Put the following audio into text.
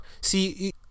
See